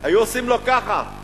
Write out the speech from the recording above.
היו עושים לו ככה,